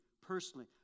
personally